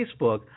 Facebook